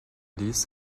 ließ